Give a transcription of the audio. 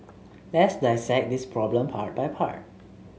let's dissect this problem part by part